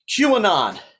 QAnon